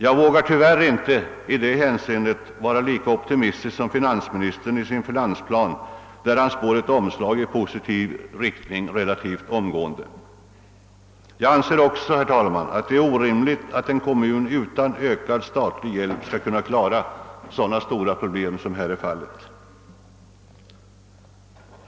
Jag vågar tyvärr i detta hänseende inte vara lika optimistisk som finansministern när han i finansplanen spår ett omslag i positiv riktning relativt omgående. Jag anser också, herr talman, att det är orimligt att en kommun utan ökad statlig hjälp skall kunna klara sådana stora problem.